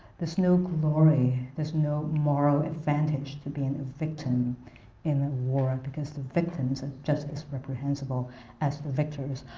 there's no glory, there's no moral advantage to being victim in a war because the victims are just as reprehensible as the victors.